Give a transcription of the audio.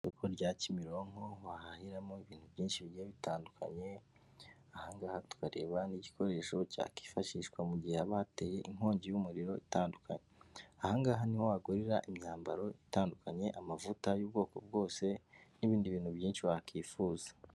Isoko rya Kimironko wahahiramo ibintu byinshi bigiye bitandukanye, aha ngaha tukareba n'igikoresho cyakifashishwa mu gihe haba hateye inkongi y'umuriro, ahangaha niho wagurira imyambaro itandukanye amavuta y'ubwoko bwose n'ibindi bintu byinshi wakwifuza.